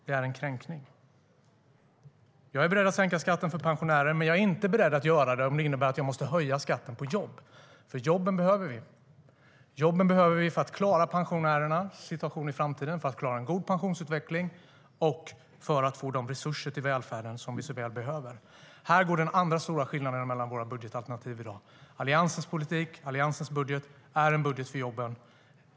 Det är en kränkning. Jag är beredd att sänka skatten för pensionärer, men jag är inte beredd att göra det om det innebär att jag måste höja skatten på jobb, för jobben behöver vi. Jobben behöver vi för att klara pensionärernas situation i framtiden, för att klara en god pensionsutveckling och för att få de resurser till välfärden som vi så väl behöver. Här går den andra stora skiljelinjen mellan våra budgetalternativ i dag. Alliansens budget är en budget för jobben.